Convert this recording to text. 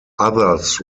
others